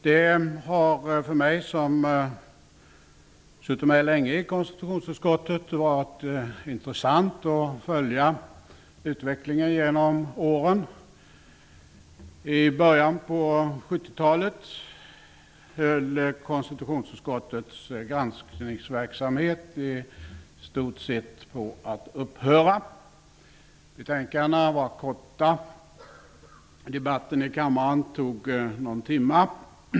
Det har för mig som har suttit med länge i konstitutionsutskottet varit intressant att följa utvecklingen genom åren. I början av 70-talet höll konstitutionsutskottets granskningsverksamhet i stort sett på att upphöra. Betänkandena var korta. Debatten i kammaren tog någon timme.